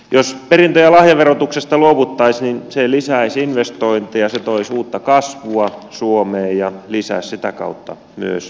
jos perintö ja lahjaverotuksesta luovuttaisiin niin se lisäisi investointeja se tosi uutta kasvua suomeen ja lisäisi sitä kautta myös työllisyyttä